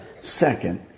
second